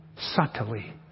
subtly